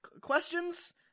questions